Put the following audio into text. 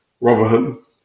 Rotherham